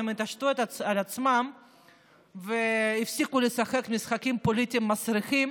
יתעשתו ויפסיקו לשחק משחקים פוליטיים מסריחים